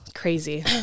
Crazy